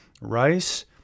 Rice